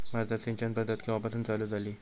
भारतात सिंचन पद्धत केवापासून चालू झाली?